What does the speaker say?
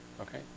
okay